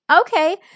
okay